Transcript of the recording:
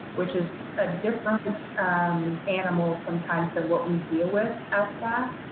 which is a different animal sometimes than what we deal with as staff.